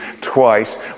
twice